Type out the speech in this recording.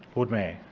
lord mayor